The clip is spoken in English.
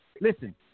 Listen